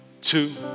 two